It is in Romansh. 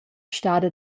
stada